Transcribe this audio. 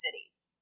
cities